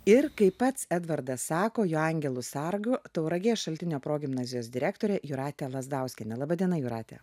ir kaip pats edvardas sako jo angelu sargu tauragės šaltinio progimnazijos direktore jūrate lazdauskiene laba diena jūrate